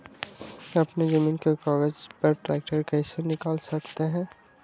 अपने जमीन के कागज पर ट्रैक्टर कैसे निकाल सकते है?